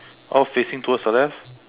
all facing towards the left